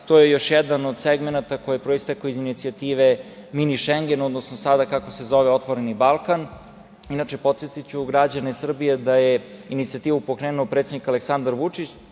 to je još jedan od segmenata koji je proistekao iz inicijative „Mini Šengen“, odnosno sada kako se zove „Otvoreni Balkan“.Inače, podsetiću građane Srbije da je inicijativu pokrenuo predsednik Aleksandar Vučić,